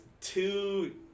two